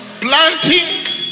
planting